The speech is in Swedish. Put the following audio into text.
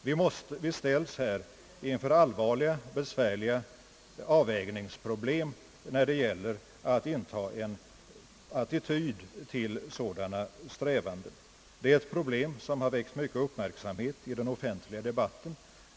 Vi ställs här inför allvarliga och besvärliga avvägningsproblem när det gäller att inta en attityd till sådana strävanden. Det är problem som har väckt mycken uppmärksamhet i den offentliga debatten.